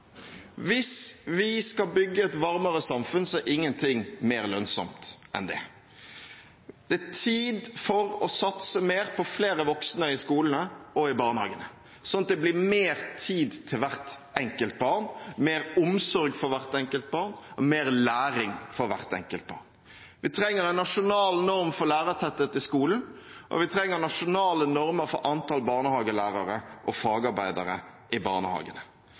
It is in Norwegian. hvis vi skal bygge et varmere samfunn, er ingenting mer lønnsomt enn det. Det er tid for å satse mer på flere voksne i skolene og i barnehagene, sånn at det blir mer tid til hvert enkelt barn, mer omsorg for hvert enkelt barn, mer læring for hvert enkelt barn. Vi trenger en nasjonal norm for lærertetthet i skolen, og vi trenger nasjonale normer for antall barnehagelærere og fagarbeidere i barnehagene.